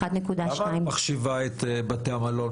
למה את כוללת את בתי המלון,